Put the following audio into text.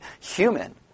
human